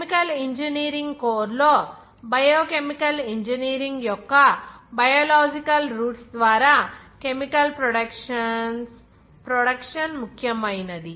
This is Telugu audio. కెమికల్ ఇంజనీరింగ్ కోర్ లో బయోకెమికల్ ఇంజనీరింగ్ యొక్క బయోలాజికల్ రూట్స్ ద్వారా కెమికల్ ప్రొడక్షన్ ముఖ్యమైనది